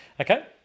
Okay